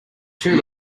two